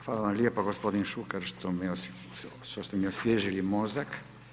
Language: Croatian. Hvala vam lijepa gospodine Šuker što ste mi osvježili mozak.